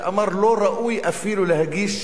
ואמר: לא ראוי אפילו להגיש